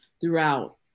throughout